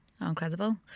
incredible